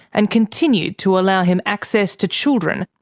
and continued to allow him access to children